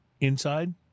inside